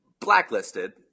blacklisted